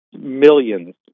millions